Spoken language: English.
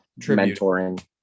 mentoring